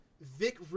Vic